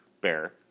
Bear